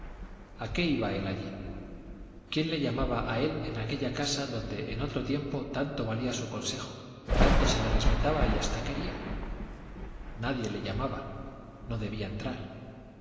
a qué iba él allí quién le llamaba a él en aquella casa donde en otro tiempo tanto valía su consejo tanto se le respetaba y hasta quería nadie le llamaba no debía entrar